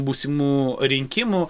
būsimų rinkimų